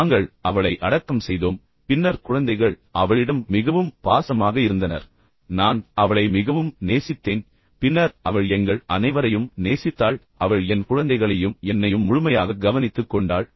நாங்கள் அவளை அடக்கம் செய்தோம் பின்னர் குழந்தைகள் அவளிடம் மிகவும் பாசமாக இருந்தனர் நான் அவளை மிகவும் நேசித்தேன் பின்னர் அவள் எங்கள் அனைவரையும் நேசித்தாள் அவள் என் குழந்தைகளையும் என்னையும் முழுமையாக கவனித்துக்கொண்டாள்